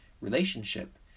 relationship